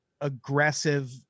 aggressive